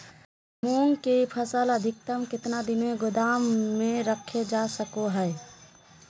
मूंग की फसल अधिकतम कितना दिन गोदाम में रखे जा सको हय?